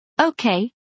Okay